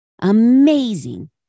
amazing